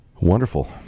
Wonderful